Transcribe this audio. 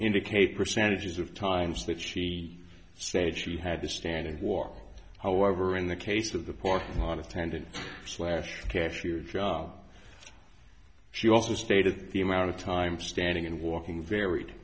indicate percentages of times that she said she had to stand and walk however in the case of the parking lot attendant slash cashier job she also stated the amount of time standing and walking v